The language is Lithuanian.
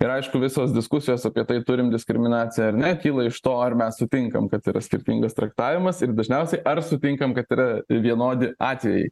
ir aišku visos diskusijos apie tai turim diskriminaciją ar ne kyla iš to ar mes sutinkam kad yra skirtingas traktavimas ir dažniausiai ar sutinkam kad yra vienodi atvejai